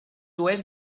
oest